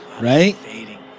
right